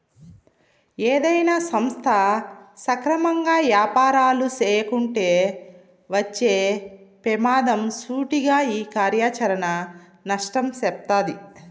ఏదైనా సంస్థ సక్రమంగా యాపారాలు చేయకుంటే వచ్చే పెమాదం సూటిగా ఈ కార్యాచరణ నష్టం సెప్తాది